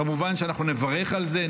כמובן שאנחנו נברך על זה,